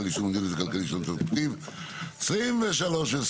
ליישום המדיניות הכלכלית לשנות התקציב 2023 ו-2024),